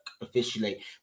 officially